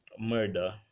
murder